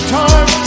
time